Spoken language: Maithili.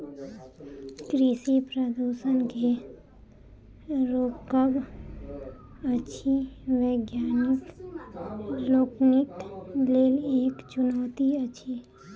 कृषि प्रदूषण के रोकब कृषि वैज्ञानिक लोकनिक लेल एक चुनौती अछि